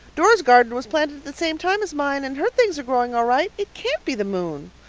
dora's garden was planted same time's mine and her things are growing all right. it can't be the moon,